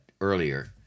earlier